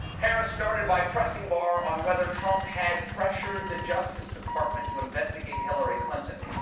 harris started by pressing barr on whether trump had pressured the justice department to investigate hillary clinton.